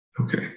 Okay